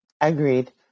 Agreed